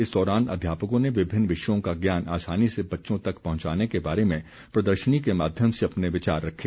इस दौरान अध्यापकों ने विभिन्न विषयों का ज्ञान आसानी से बच्चों तक पहुंचाने के बारे में प्रदर्शनी के माध्यम से अपने विचार रखे